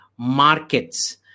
markets